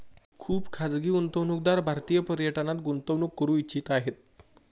खुप खाजगी गुंतवणूकदार भारतीय पर्यटनात गुंतवणूक करू इच्छित आहे